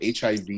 hiv